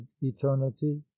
eternity